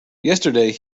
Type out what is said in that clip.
yesterday